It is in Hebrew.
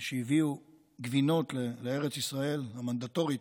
שהביאו גבינות לארץ ישראל המנדטורית,